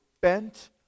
bent